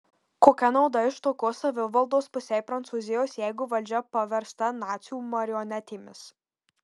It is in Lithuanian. kokia nauda iš tokios savivaldos pusei prancūzijos jeigu valdžia paversta nacių marionetėmis